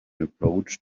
approached